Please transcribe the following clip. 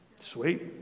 Sweet